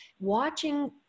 watching